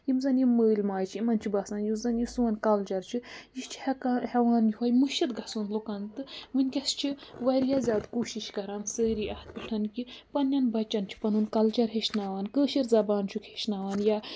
یِم زَن یِم مٲلۍ ماجہِ چھِ یِمَن چھِ باسان یُس زَن یہِ سون کَلچَر چھُ یہِ چھِ ہٮ۪کان ہٮ۪وان یِہوٚے مٔشِد گژھُن لُکَن تہٕ وٕنۍکٮ۪س چھِ واریاہ زیادٕ کوٗشِش کَران سٲری اَتھ پٮ۪ٹھ کہِ پنٛنٮ۪ن بَچَن چھِ پَنُن کَلچَر ہیٚچھناوان کٲشِر زبان چھُکھ ہیٚچھناوان یا